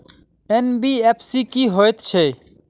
NBFC की हएत छै?